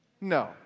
No